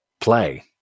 play